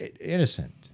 innocent